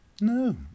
No